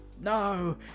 No